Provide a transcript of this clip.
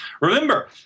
Remember